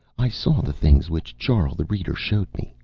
i saw the things which charl the reader showed me.